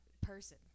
person